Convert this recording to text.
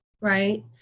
right